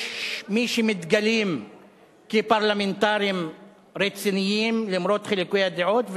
יש מי שמתגלים כפרלמנטרים רציניים למרות חילוקי הדעות,